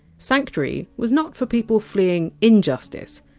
sanctuary was not for people fleeing injustice,